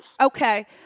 okay